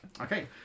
Okay